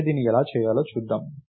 కాబట్టి దీన్ని ఎలా చేయాలో చూద్దాం